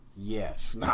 Yes